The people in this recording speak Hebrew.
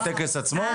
הטקס עצמו,